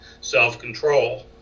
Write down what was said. self-control